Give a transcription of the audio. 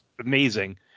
amazing